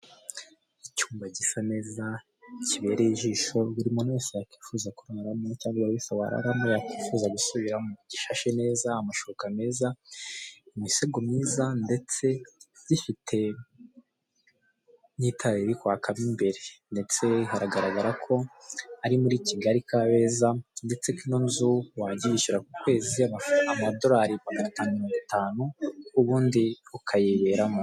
Icyuma gisa neza kibereye ijisho buri muntu wese yakwifuza kuramo cyangwa buri wese wararamo yakwifuza gusubiramo. Gishashe neza amashuka meza, imisego myiza ndetse gifite n'itara riri kwaka mo imbere, ndetse hagaragara ko ari muri Kigali Kabeza, ndetse ko ino nzu wabyiyishyura ku kwezi amadolari magana atanu na mirongo itanu ubundi ukayiberamo.